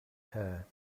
her